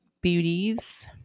beauties